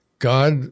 God